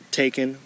taken